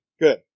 good